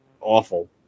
awful